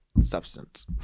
substance